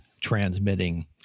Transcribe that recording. transmitting